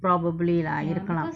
probably lah இருக்கலா:irukala